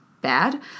bad